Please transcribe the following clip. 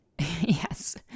Yes